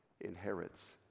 inherits